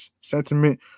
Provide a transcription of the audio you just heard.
sentiment